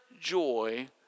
joy